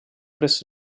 presso